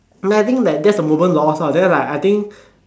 then I think that that's a moment lost lor then like I think